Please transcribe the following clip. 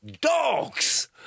dogs